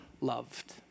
loved